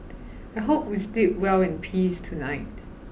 I hope we sleep well in peace tonight